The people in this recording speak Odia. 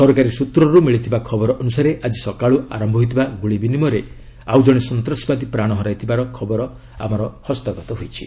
ସରକାରୀ ସୂତ୍ରରୁ ମିଳିଥିବା ଖବର ଅନୁସାରେ ଆଜି ସକାଳୁ ଆରମ୍ଭ ହୋଇଥିବା ଗୁଳି ବିନିମୟରେ ଆଉଜଣେ ସନ୍ତାସବାଦୀ ପ୍ରାଣ ହରାଇଥିବା ଖବର ହସ୍ତଗତ ହୋଇଛି